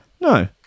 No